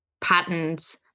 patterns